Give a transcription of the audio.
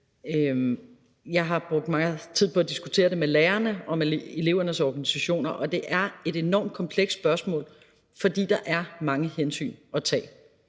Jeg har brugt meget tid på at diskutere det med lærerne og med elevernes organisationer, og det er et enormt komplekst spørgsmål, fordi der er mange hensyn at tage.